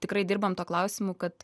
tikrai dirbam tuo klausimu kad